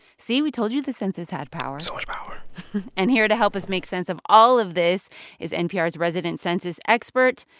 see, we told you the census had power so much power and here to help us make sense of all of this is npr's resident census expert,